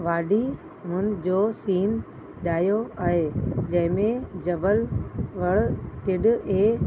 वाडी उन जो सीन ॾायो आहे जंहिं में जबल वण टिण ऐं